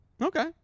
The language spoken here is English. Okay